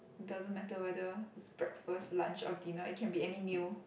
doesn't matter whether it's breakfast lunch or dinner it can be any meal